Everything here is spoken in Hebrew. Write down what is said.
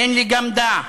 אין לגמדה,